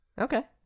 Okay